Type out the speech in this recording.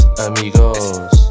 amigos